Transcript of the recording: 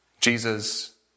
Jesus